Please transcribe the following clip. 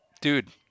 dude